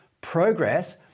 Progress